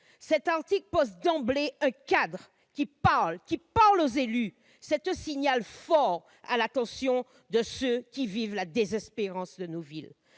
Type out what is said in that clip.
Cet article pose d'emblée un cadre, qui parle aux élus. C'est un signal fort à l'attention de ceux qui vivent la désespérance de nos villes.